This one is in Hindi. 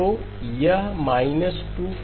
तो यह है −2π